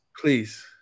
Please